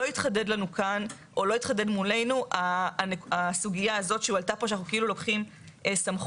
לא התחדד מולנו הסוגיה הזאת שהועלתה פה שאנחנו כאילו לוקחים סמכות.